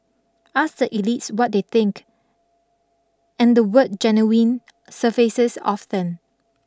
ask the elites what they think and the word genuine surfaces often